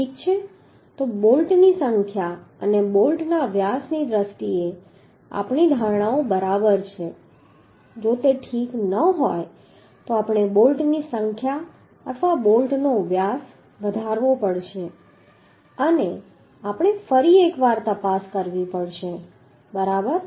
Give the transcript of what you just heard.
ઠીક છે તો બોલ્ટની સંખ્યા અને બોલ્ટના વ્યાસની દ્રષ્ટિએ આપણી ધારણાઓ બરાબર છે જો તે ઠીક ન હોય તો આપણે બોલ્ટની સંખ્યા અથવા બોલ્ટનો વ્યાસ વધારવો પડશે અને આપણે ફરી એકવાર તપાસ કરવી પડશે બરાબર